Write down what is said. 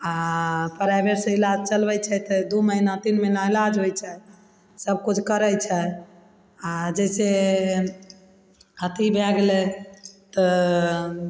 आओर प्राइवेटसँ इलाज चलबय छै तऽ दू महीना तीन महीना इलाज होइ छै सब किछु करय छै आओर जैसे अथी भए गेलय तऽ